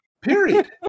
Period